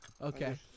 Okay